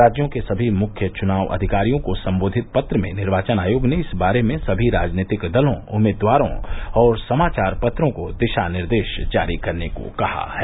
राज्यों के सभी मुख्य चुनाव अधिकारियों को संबोधित पत्र में निर्वाचन आयोग ने इस बारे में सभी राजनीतिक दलों उम्मीदवारों और समाचार पत्रों को दिशा निर्देश जारी करने को कहा है